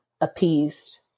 appeased